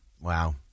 Wow